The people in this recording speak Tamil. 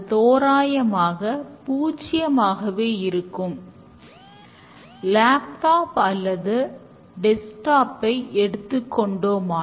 அதுபோல பயனாளிகளிடம் கருத்து கேட்பது சிறந்த தரமான product உருவாக்க அவசியம்